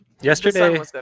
Yesterday